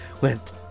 went